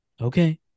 okay